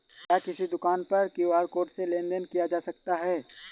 क्या किसी दुकान पर क्यू.आर कोड से लेन देन देन किया जा सकता है?